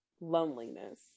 loneliness